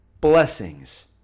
blessings